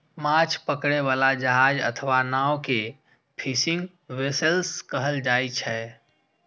माछ पकड़ै बला जहाज अथवा नाव कें फिशिंग वैसेल्स कहल जाइ छै